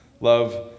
Love